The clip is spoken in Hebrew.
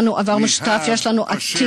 We have a shared